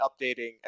updating